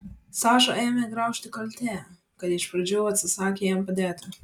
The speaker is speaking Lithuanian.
sašą ėmė graužti kaltė kad iš pradžių atsisakė jam padėti